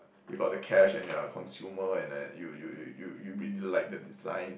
you got the cash and you're a consumer and then you you you you you really like the design